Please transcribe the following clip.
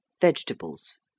vegetables